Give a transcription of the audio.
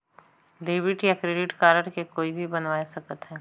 Debit या credit card के कोई भी बनवाय सकत है का?